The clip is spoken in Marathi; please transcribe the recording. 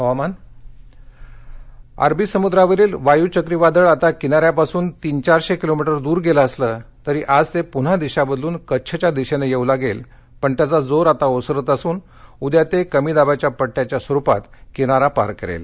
हवामान अरबी समुद्रावरील वायू चक्रीवादळ आता किनाऱ्यापासून तीन चारशे किलोमीटर दूर गेलं असलं तरी आज ते पुन्हा दिशा बदलून कच्छच्या दिशेनं येऊ लागेल पण त्याचा जोर आता ओसरत असून उद्या ते कमीदाबाच्या पट्टयाच्या स्वरूपात किनारा पार करेल